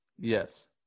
Yes